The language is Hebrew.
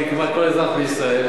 כמעט לכל אזרח בישראל,